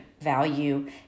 value